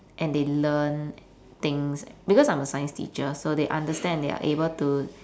and they learn things because I'm a science teacher so they understand and they are able to